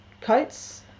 coats